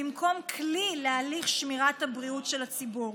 במקום כלי להליך שמירת הבריאות של הציבור.